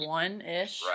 one-ish